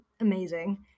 amazing